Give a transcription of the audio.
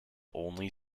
only